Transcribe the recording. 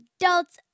adults